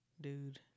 dude